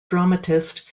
dramatist